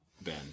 Ben